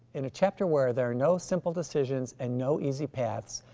in a chapter where there are no simple decisions and no easy paths,